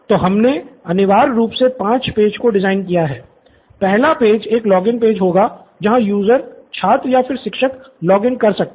student Nithin तो हमने अनिवार्य रूप से पांच पेज को डिज़ाइन किया है पहला पेज एक लॉगिन पेज होगा जहाँ यूज़र छात्र या फिर शिक्षक लॉग इन कर सकते हैं